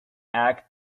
act